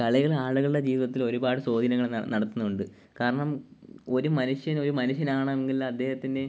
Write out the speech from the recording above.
കളികൾ ആളുകളുടെ ജീവിതത്തിൽ ഒരുപാട് സ്വാധീനങ്ങൾ ന നടത്തുന്നുണ്ട് കാരണം ഒരു മനുഷ്യന് ഒരു മനുഷ്യനാണെങ്കിൽ അദ്ദേഹത്തിന്